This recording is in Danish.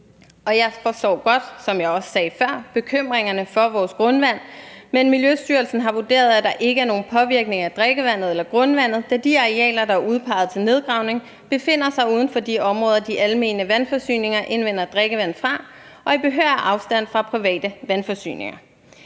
Jeg forstår godt, som jeg også sagde før, bekymringerne for vores grundvand, men Miljøstyrelsen har vurderet, at der ikke er nogen påvirkning af drikkevandet eller grundvandet, da de arealer, der er udpeget til nedgravning, befinder sig uden for de områder, de almene vandforsyninger indvinder drikkevand fra, og i behørig afstand fra private vandforsyninger.